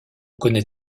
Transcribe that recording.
connaît